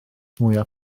mwyaf